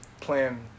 plan